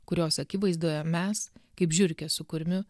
kurios akivaizdoje mes kaip žiurkė su kurmiu